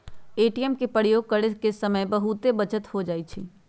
ATM के प्रयोग करे से समय के बहुते बचत हो जाइ छइ